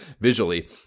visually